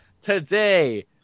today